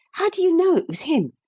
how do you know it was him?